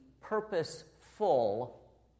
purposeful